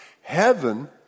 Heaven